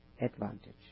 advantage